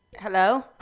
Hello